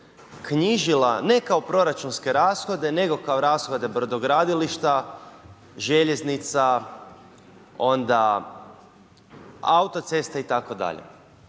knjižila ne kao proračunske rashode, nego kao rashode brodogradilišta, željeznica, autocesta itd.